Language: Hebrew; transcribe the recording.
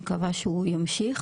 אני מקווה שהוא ימשיך.